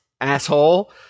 Asshole